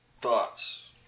thoughts